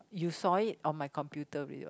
you saw it on my computer already what